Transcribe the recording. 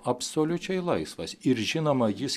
absoliučiai laisvas ir žinoma jis